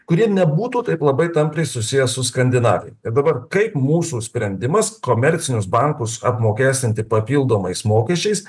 kurie nebūtų taip labai tampriai susiję su skandinavija ir dabar kaip mūsų sprendimas komercinius bankus apmokestinti papildomais mokesčiais